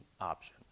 option